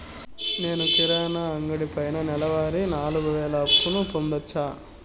నేను కిరాణా అంగడి పైన నెలవారి నాలుగు వేలు అప్పును పొందొచ్చా?